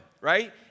right